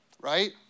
right